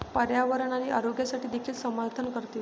पर्यावरण आणि आरोग्यासाठी देखील समर्थन करते